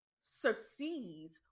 succeeds